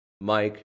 Mike